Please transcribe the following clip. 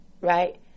right